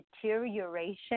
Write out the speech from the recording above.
deterioration